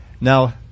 Now